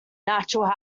natural